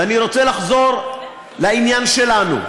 ואני רוצה לחזור לעניין שלנו.